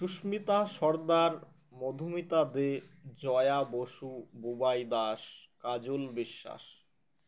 Susmita Sardar Madhumita De Joya Basu Bubai Das Kajal Biswas